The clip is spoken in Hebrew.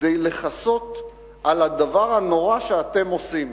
כדי לכסות על הדבר הנורא שאתם עושים.